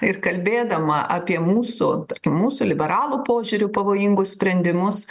ir kalbėdama apie mūsų tarkim mūsų liberalų požiūriu pavojingus sprendimus